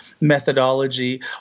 methodology